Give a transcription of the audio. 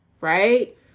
right